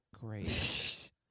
Great